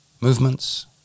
movements